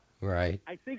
Right